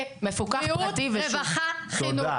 בריאות, רווחה, חינוך,